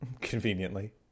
conveniently